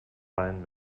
wein